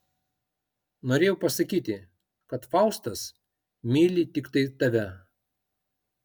norėjau pasakyti kad faustas myli tiktai tave